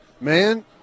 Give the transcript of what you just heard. man